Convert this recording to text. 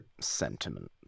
sentiment